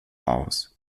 aus